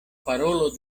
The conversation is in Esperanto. parolo